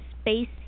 space